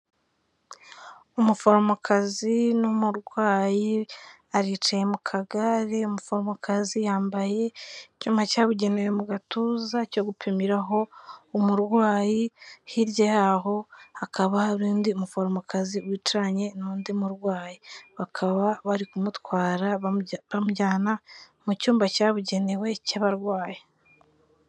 Umuforomokazi n'umurwayi, aricaye mu kagare, umuforomokazi yambaye icyuma cyabugenewe mu gatuza cyo gupimiraho umurwayi, hirya y'aho hakaba hari undi muforomokazi wicaranye n'undi murwayi, bakaba bari kumutwara bamujyana mu cyumba cyabugenewe cy'abarwayi.